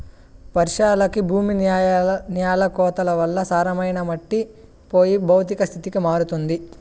వర్షాలకి భూమి న్యాల కోతల వల్ల సారమైన మట్టి పోయి భౌతిక స్థితికి మారుతుంది